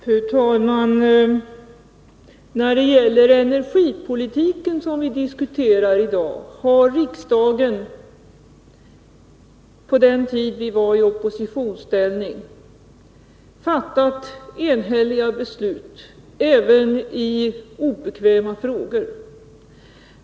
Fru talman! När det gäller energipolitiken, som vi diskuterar i dag, har riksdagen på den tid då vi socialdemokrater var i oppositionsställning fattat enhälliga beslut även i obekväma frågor.